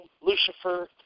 Lucifer